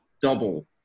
double